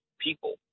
people